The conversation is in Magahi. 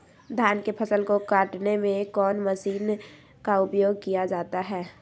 धान के फसल को कटने में कौन माशिन का उपयोग किया जाता है?